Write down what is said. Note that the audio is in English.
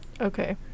okay